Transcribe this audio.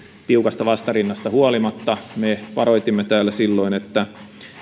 tiukasta vastarinnasta huolimatta me varoitimme täällä silloin että